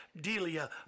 Delia